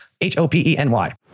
H-O-P-E-N-Y